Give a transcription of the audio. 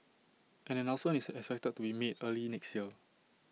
an announcement is expected to be made early next year